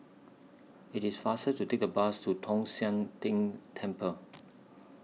IT IS faster to Take The Bus to Tong Sian Tng Temple